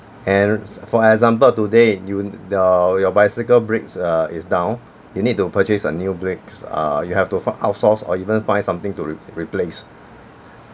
and for example today you uh your your bicycle brakes is uh down you need to purchase a new brakes ah you have to find outsource or even find something to re~ replace